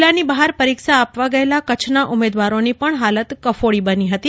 જીલ્લાની બહાર પરીક્ષા આપવા ગયેલા કચ્છના ઉમેદવારોની પણ હાલત કફોડી બની હતી